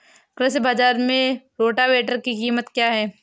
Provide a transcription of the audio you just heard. कृषि बाजार में रोटावेटर की कीमत क्या है?